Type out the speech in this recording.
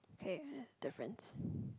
okay different